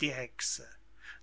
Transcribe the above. die hexe